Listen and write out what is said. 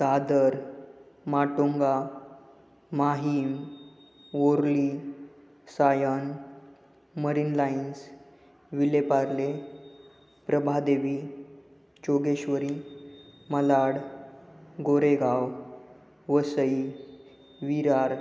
Dadar Matunga Mahim Worli Sion marine lines Vile Parle Prabhadevi Jogeshwari Malad Goregaon Vasai Virar